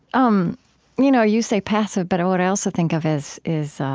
um you know you say passive, but what i also think of is is